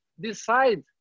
decide